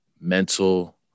mental